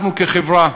אנחנו, כחברה,